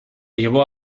llevó